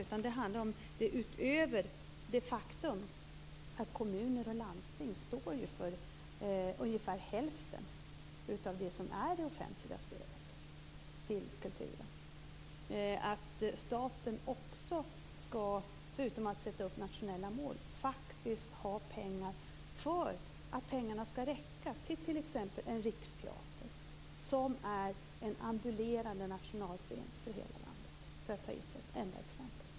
Utöver det faktum att kommuner och landsting står för ungefär hälften av det offentliga stödet till kulturen, handlar det om att staten, förutom att sätta upp nationella mål, också skall ha pengar som räcker till t.ex. en riksteater som är en ambulerande nationalscen för hela landet. Detta är ett enda exempel.